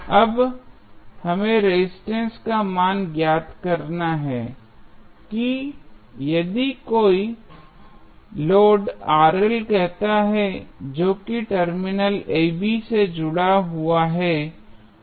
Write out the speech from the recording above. अब हमें रेजिस्टेंस मान का मान ज्ञात करना है यदि कोई लोड कहता है जो कि टर्मिनल ab से जुड़ा हुआ है